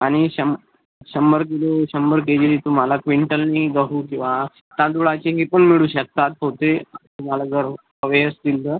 आणि शं शंभर किलो शंभर के जीने तुम्हाला क्विंटलनी गहू किंवा तांदुळाची हे पण मिळू शकतात पोते तुम्हाला जर हवे असतील तर